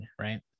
right